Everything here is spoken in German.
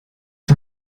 war